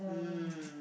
mm